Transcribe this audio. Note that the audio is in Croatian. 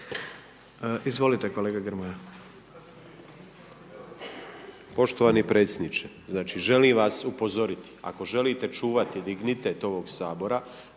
Izvolite kolega Grmoja.